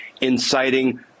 inciting